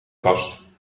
kast